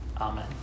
Amen